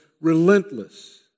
relentless